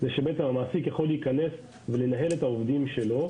הרעיון הוא שהמעסיק יכול להיכנס ולנהל את העובדים שלו,